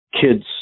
kids